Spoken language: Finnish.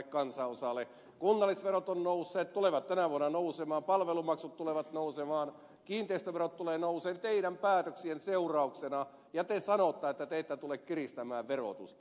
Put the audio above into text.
kunnallisverot ovat nousseet tulevat tänä vuonna nousemaan palvelumaksut tulevat nousemaan kiinteistöverot tulevat nousemaan teidän päätöksienne seurauksena ja te sanotte että te ette tule kiristämään verotusta